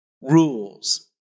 rules